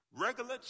Regular